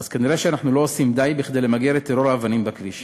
אז כנראה אנחנו לא עושים די כדי למגר את טרור האבנים בכביש.